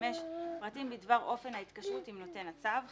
(5)פרטים בדבר אופן ההתקשרות עם נותן הצו.